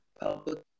public